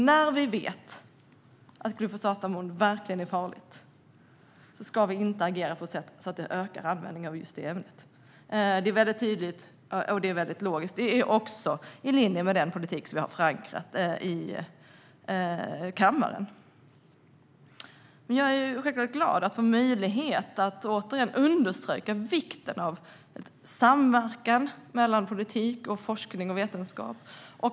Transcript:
När vi vet att glufosinatammonium verkligen är farligt ska vi inte agera på ett sätt som ökar användningen av just det ämnet. Det är väldigt logiskt och också i linje med den politik som vi har förankrat i kammaren. Jag är självfallet glad över få möjlighet att återigen understryka vikten av samverkan mellan politik, forskning och vetenskap.